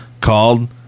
called